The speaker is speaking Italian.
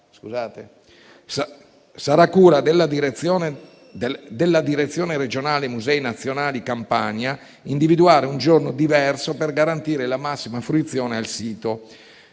sarà cura della Direzione regionale Musei nazionali Campania individuare un giorno diverso per garantire la massima fruizione del sito.